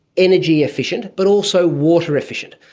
energy efficient but also water efficient.